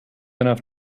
enough